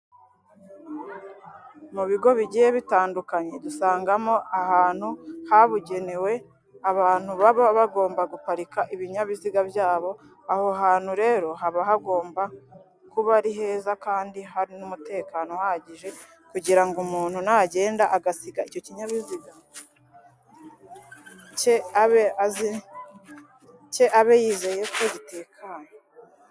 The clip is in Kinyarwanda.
Mu bigo bigiye bitandukanye dusangamo ahantu habugenewe abantu baba bagomba guparika ibinyabiziga byabo. Aho hantu rero haba hagomba kuba ari heza kandi hari n'umutekano uhagije kugira ngo umuntu nagenda agasiga icyo kinyabiziga cye abe yizeye ko gitekanye.